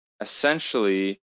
essentially